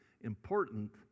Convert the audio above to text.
important